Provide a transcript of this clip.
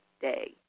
day